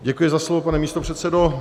Děkuji za slovo, pane místopředsedo.